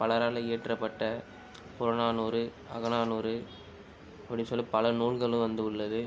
பலரால் இயற்றப்பட்ட புறநானூறு அகநானூறு இப்படி சொல்லி பல நூல்களும் வந்து உள்ளது